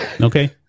Okay